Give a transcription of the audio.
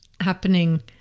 happening